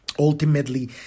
Ultimately